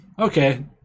Okay